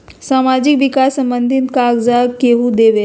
समाजीक विकास संबंधित कागज़ात केहु देबे?